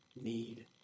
need